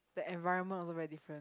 the environment also very different